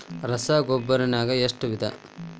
ರಸಗೊಬ್ಬರ ನಾಗ್ ಎಷ್ಟು ವಿಧ?